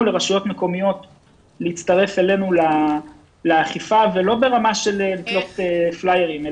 לרשויות להצטרף אלינו לאכיפה ולא ברמה של לתלות פליירים,